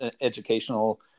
educational